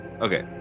Okay